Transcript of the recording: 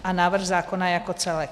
A návrh zákona jako celek.